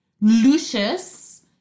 Lucius